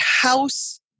house